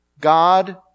God